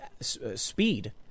speed